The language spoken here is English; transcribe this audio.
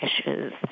issues